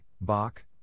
Bach